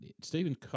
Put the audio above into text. Stephen